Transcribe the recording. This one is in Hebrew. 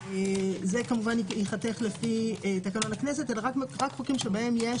זה ייחתך לפי תקנון הכנסת אלא רק חוקים שבהם יש